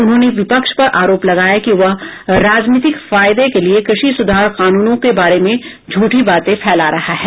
उन्होंने विपक्ष पर आरोप लगाया कि वह राजनीतिक फायदे के लिये कृषि सुधार कानूनों के बारे में झूठी बातें फैला रहा है